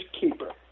keeper